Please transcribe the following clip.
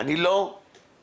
שאני לא אשתוק